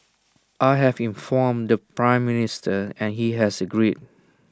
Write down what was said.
I have informed the Prime Minister and he has agreed